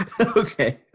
Okay